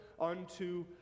unto